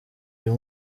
uyu